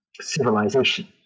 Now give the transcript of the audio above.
civilization